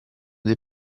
dei